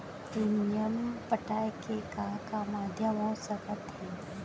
Premium पटाय के का का माधयम हो सकत हे?